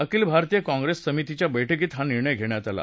अखिल भारतीय काँप्रेस समितीच्या बैठकीत हा निर्णय घेण्यात आला